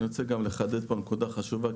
אני רוצה לחדד נקודה חשובה,